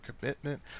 commitment